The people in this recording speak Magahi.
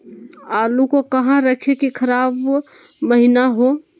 आलू को कहां रखे की खराब महिना हो?